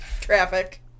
Traffic